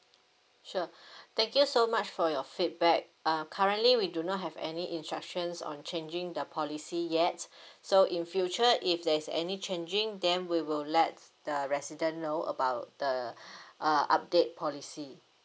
sure thank you so much for your feedback uh currently we do not have any instructions on changing the policy yet so in future if there's any changing then we will let the resident know about the uh update policy